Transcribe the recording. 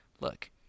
look